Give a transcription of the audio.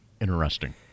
Interesting